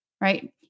right